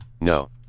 No